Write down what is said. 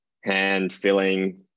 hand-filling